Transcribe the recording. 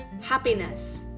happiness